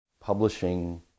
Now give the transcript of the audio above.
publishing